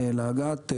לאג"ת.